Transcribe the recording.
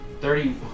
Thirty